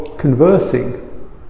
Conversing